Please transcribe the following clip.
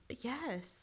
Yes